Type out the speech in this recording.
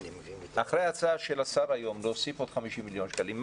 אחרי ההצעה של השר היום להוסיף עוד 50 מיליון שקלים,